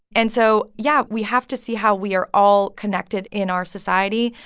and so, yeah, we have to see how we are all connected in our society.